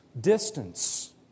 distance